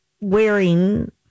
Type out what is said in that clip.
wearing